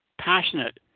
passionate